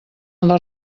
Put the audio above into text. les